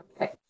Okay